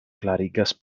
klarigas